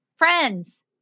Friends